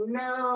no